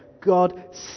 God